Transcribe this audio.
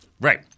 Right